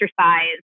exercise